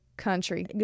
country